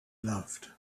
loved